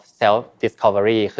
self-discovery